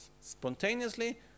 spontaneously